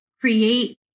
create